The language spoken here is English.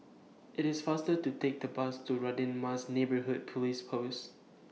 IT IS faster to Take The Bus to Radin Mas Neighbourhood Police Post